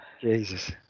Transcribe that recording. Jesus